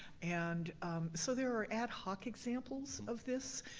and so there are ad-hoc examples of this.